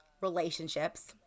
relationships